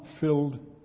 filled